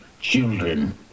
children